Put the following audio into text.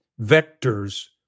vectors